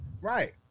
Right